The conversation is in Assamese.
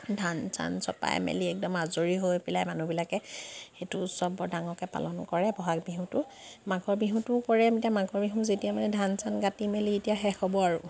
ধান চান চপাই মেলি একদম আজৰি হৈ পেলাই মানুহবিলাকে সেইটো উৎসৱ বৰ ডাঙৰকে পালন কৰে বহাগ বিহুটো মাঘৰ বিহুটো কৰে মাঘৰ বিহু যেতিয়া মানে ধান চান কাটি মেলি এতিয়া শেষ হ'ব আৰু